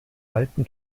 alten